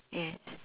yes